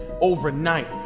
overnight